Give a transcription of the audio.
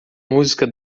música